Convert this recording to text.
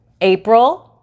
April